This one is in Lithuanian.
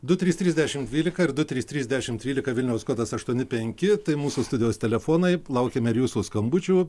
du trys trys dešimt dvylika ir du trys trys dešimt trylika vilniaus kodas aštuoni penki tai mūsų studijos telefonai laukiame ir jūsų skambučių